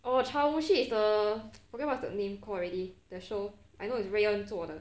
orh chawanmushi is the forget what's the name called already the show I know it's rui en 做的